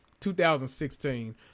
2016